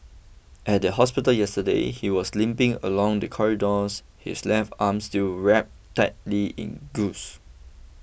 at the hospital yesterday he was limping along the corridors his left arm still wrapped tightly in gauze